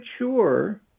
mature